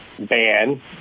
ban